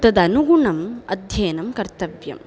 तदनुगुणम् अध्ययनं कर्तव्यं